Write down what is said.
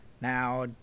Now